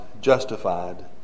justified